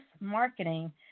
Marketing